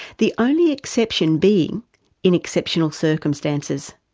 the only exception being in exceptional circumstances.